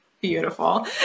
beautiful